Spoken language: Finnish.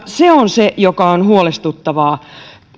se on se mikä on huolestuttavaa